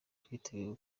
twiteguye